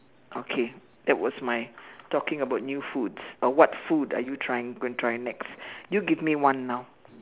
okay that was my talking about new foods uh what food are you trying going try next you give me one now